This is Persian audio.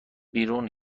بیرون